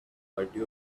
party